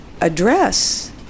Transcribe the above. address